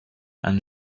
and